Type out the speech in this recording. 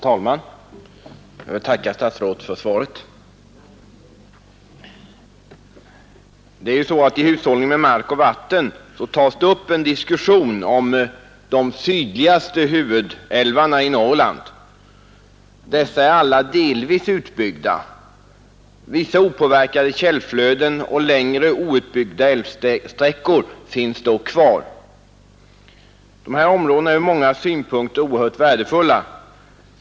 Herr talman! Jag tackar statsrådet för svaret. I promemorian ”Hushållning med mark och vatten” tas upp en diskussion om de sydligaste huvudälvarna i Norrland. Dessa är delvis utbyggda. Vissa opåverkade källflöden och längre outbyggda älvsträckor finns dock kvar. De här områdena är ur många synpunkter oerhört värdefulla.